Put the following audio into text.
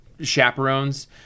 chaperones